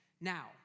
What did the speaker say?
Now